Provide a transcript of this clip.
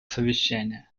совещания